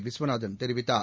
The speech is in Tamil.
விஸ்வநாதன் தெரிவித்தார்